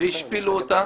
והשפילו אותה,